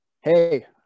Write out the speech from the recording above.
hey